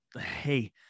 hey